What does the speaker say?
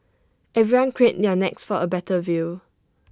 everyone craned their necks for A better view